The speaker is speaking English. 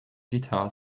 guitar